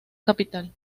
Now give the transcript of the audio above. capital